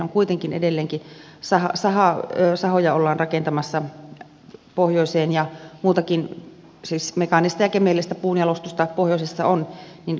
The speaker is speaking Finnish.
meillä kuitenkin edelleenkin sahoja ollaan rakentamassa pohjoiseen ja muutakin mekaanista ja kemiallista puunjalostusta pohjoisessa on